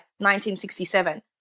1967